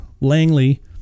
Langley